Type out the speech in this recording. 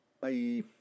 Bye